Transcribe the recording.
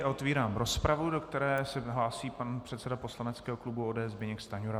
Otvírám rozpravu, do které se hlásí pan předseda poslaneckého klubu ODS Zbyněk Stanjura.